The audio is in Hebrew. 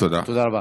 תודה רבה.